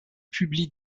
publie